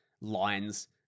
lines